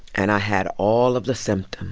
and i had all of the symptoms,